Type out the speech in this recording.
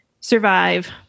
survive